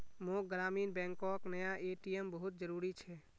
मोक ग्रामीण बैंकोक नया ए.टी.एम बहुत जरूरी छे